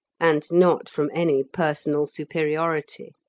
and not from any personal superiority.